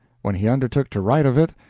when he undertook to write of it,